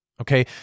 Okay